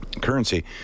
currency